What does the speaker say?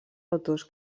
autors